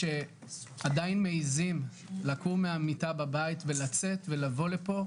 קודם כל אל הפצועים שעדיין מעיזים לקום מהמיטה בבית ולצאת ולבוא לפה,